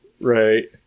right